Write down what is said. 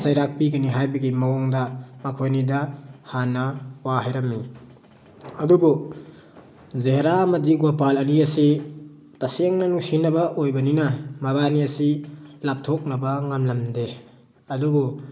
ꯆꯩꯔꯥꯛ ꯄꯤꯒꯅꯤ ꯍꯥꯏꯕꯒꯤ ꯃꯑꯣꯡꯗ ꯃꯈꯣꯏꯅꯤꯗ ꯍꯥꯟꯅ ꯋꯥ ꯍꯥꯏꯔꯝꯃꯤ ꯑꯗꯨꯕꯨ ꯖꯍꯦꯔꯥ ꯑꯃꯗꯤ ꯒꯣꯄꯥꯜ ꯑꯅꯤ ꯑꯁꯤ ꯇꯁꯦꯡꯅ ꯅꯨꯡꯁꯤꯅꯕ ꯑꯣꯏꯕꯅꯤꯅ ꯃꯕꯥꯅꯤ ꯑꯁꯤ ꯂꯥꯞꯊꯣꯛꯅꯕ ꯉꯝꯂꯝꯗꯦ ꯑꯗꯨꯕꯨ